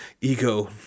ego